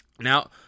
Now